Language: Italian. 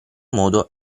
modo